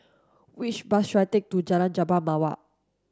which bus should I take to Jalan Jambu Mawar